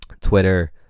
Twitter